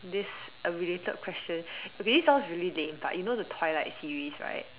this a related question okay this sounds really lame but you know the twilight series right